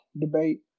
debate